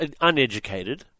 uneducated